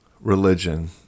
religion